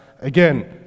again